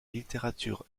littérature